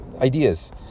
ideas